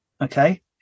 okay